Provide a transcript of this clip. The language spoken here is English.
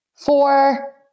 Four